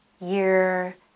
year